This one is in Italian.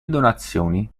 donazioni